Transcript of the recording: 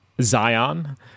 Zion